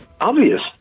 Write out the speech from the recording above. obvious